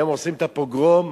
הם עושים את הפוגרום.